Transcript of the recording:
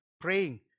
praying